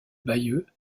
bayeux